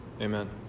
Amen